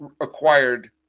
acquired